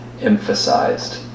emphasized